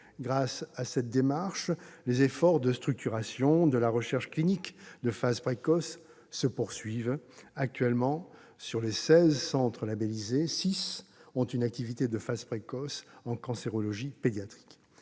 Grâce à cette démarche, les efforts de structuration de la recherche clinique de phase précoce se poursuivent. Actuellement, sur les seize centres labellisés, six ont une activité de phase précoce en cancérologie pédiatrique.